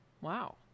Wow